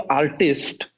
artist